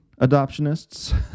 adoptionists